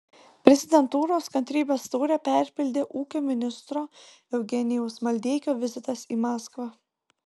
prezidentūros kantrybės taurę perpildė ūkio ministro eugenijaus maldeikio vizitas į maskvą